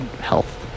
health